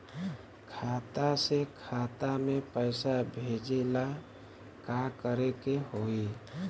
खाता से खाता मे पैसा भेजे ला का करे के होई?